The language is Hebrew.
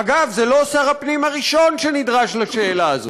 אגב, זה לא שר הפנים הראשון שנדרש לשאלה הזאת.